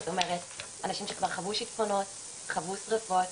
זאת אומרת אנשים שכבר חוו שטפונות, חוו שריפות,